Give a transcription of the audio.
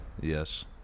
Yes